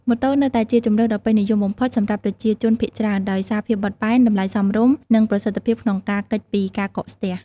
ម៉ូតូ នៅតែជាជម្រើសដ៏ពេញនិយមបំផុតសម្រាប់ប្រជាជនភាគច្រើន ដោយសារភាពបត់បែន តម្លៃសមរម្យ និងប្រសិទ្ធភាពក្នុងការគេចពីការកកស្ទះ។